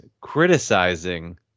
criticizing